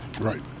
Right